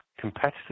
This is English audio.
competitors